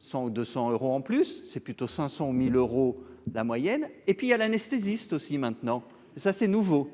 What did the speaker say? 100 ou 200 euros en plus c'est plutôt 500000 euros la moyenne et puis il y a l'anesthésiste aussi maintenant, ça c'est nouveau,